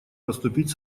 поступить